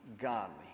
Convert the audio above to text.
godly